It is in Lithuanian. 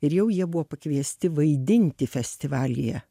ir jau jie buvo pakviesti vaidinti festivalyje